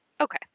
Okay